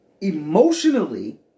emotionally